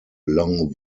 long